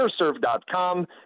AirServe.com